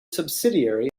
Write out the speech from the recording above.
subsidiary